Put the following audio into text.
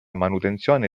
manutenzione